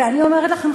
ואני אומרת לכם,